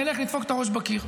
נדפוק את הראש בקיר,